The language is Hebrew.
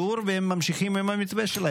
אין להם מיגון לא במועצה האזורית אל-קסום,